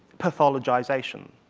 pathologization.